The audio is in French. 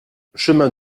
chemin